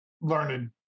learned